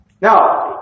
Now